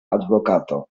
advokato